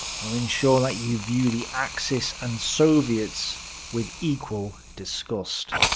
will ensure that you view the axis and soviets with equal disgust.